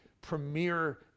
premier